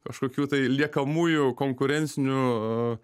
kažkokių tai liekamųjų konkurencinių